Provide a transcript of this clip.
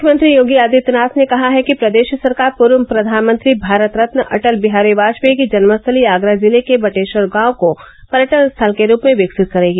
मुख्यमंत्री योगी आदित्यनाथ ने कहा है कि प्रदेश सरकार पूर्व प्रधानमंत्री भारत रत्न अटल बिहार वाजपेई की जन्मस्थली आगरा जिले के बटेश्वर गांव को पर्यटन स्थल के रूप में विकसित करेगी